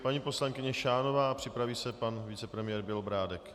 Paní poslankyně Šánová, připraví se pan vicepremiér Bělobrádek.